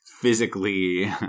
physically